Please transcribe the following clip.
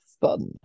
Fun